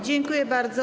Dziękuję bardzo.